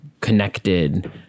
connected